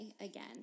again